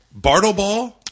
Bartleball